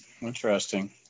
Interesting